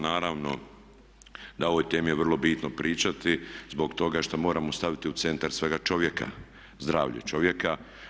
Naravno da o ovoj temi je vrlo bitno pričati zbog toga što moramo staviti u centar svega čovjeka, zdravlje čovjeka.